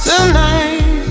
Tonight